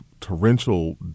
torrential